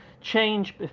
change